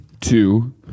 two